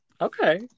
Okay